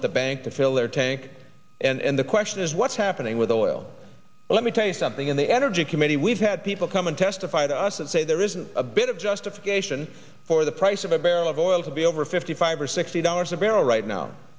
at the bank to fill their tank and the question is what's happening with the oil let me tell you something in the energy committee we've had people come and testify to us and say there isn't a bit of justification for the price of a barrel of oil to be over fifty five or sixty dollars a barrel right now